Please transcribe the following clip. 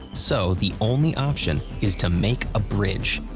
so the only option is to make a bridge.